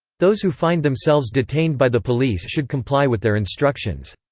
those who find themselves detained by the police should comply with their instructions.